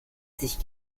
sich